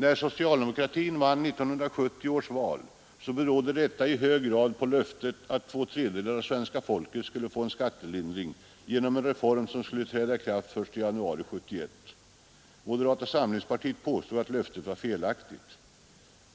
När socialdemokratin vann 1970 års val berodde det i hög grad på löftet att två tredjedelar av svenska folket skulle få en skattelindring genom en reform som skulle träda i kraft den 1 januari 1971. Moderata samlingspartiet påstod att löftet var felaktigt.